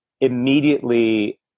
immediately